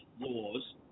laws